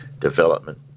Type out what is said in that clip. development